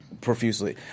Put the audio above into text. profusely